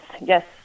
yes